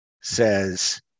says